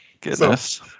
goodness